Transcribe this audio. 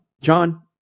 John